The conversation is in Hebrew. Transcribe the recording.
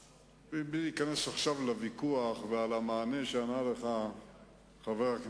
ואחר כך נחליט מה יהיה רגע מביש של הכנסת ומה לא יהיה רגע מביש של